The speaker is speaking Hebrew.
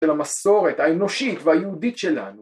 של המסורת האנושית והיהודית שלנו